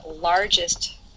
largest